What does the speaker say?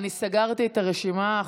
אני סגרתי את הרשימה.